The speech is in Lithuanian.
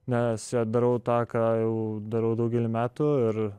nes darau tą ką jau darau daugelį metų ir